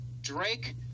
Drake